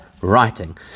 writing